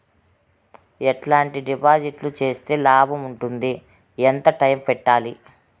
ఎట్లాంటి డిపాజిట్లు సేస్తే లాభం ఉంటుంది? ఎంత టైము పెట్టాలి?